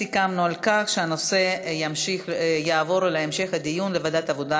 סיכמנו שהנושא יעבור להמשך הדיון בוועדת העבודה,